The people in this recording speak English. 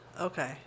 Okay